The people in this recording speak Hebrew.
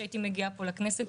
כשהייתי מגיעה לפה לכנסת,